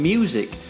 Music